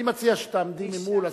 אני מציע שתעמדי ממול,